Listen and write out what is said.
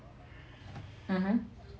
mmhmm